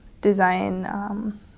design